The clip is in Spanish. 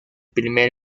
primer